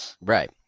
Right